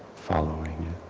following it.